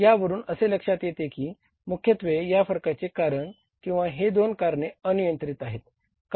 या वरून असे लक्षात येते कि मुख्यत्वे या फरकाचे कारण किंवा ही दोन कारणे अनियंत्रित आहेत